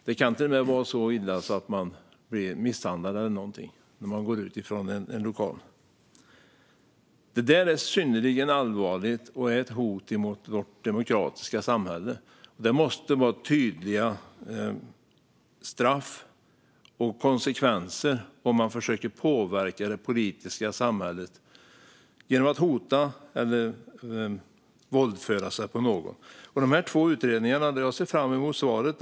Det kan till och med vara så illa att man blir misshandlad eller något när man går ut från en lokal. Det är synnerligen allvarligt och ett hot mot vårt demokratiska samhälle. Det måste vara tydliga straff och konsekvenser för den som försöker påverka det politiska samhället genom att hota eller våldföra sig på någon. Jag ser fram emot svaren i de två utredningarna.